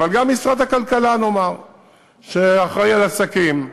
אבל גם משרד הכלכלה שאחראי לעסקים,